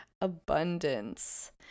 abundance